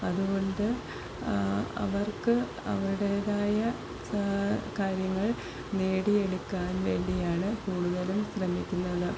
അതുകൊണ്ട് അവർക്ക് അവരുടേതായ കാര്യം കാര്യങ്ങൾ നേടിയെടുക്കാൻ വേണ്ടിയാണ് കൂടുതലും ശ്രമിക്കുന്നത്